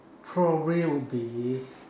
probably would be